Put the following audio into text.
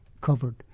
covered